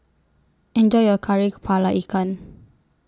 Enjoy your Kari Kepala Ikan